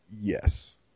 Yes